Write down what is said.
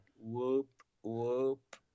whoop-whoop